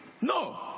No